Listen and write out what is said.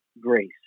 grace